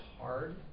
hard